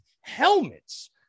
helmets